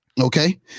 Okay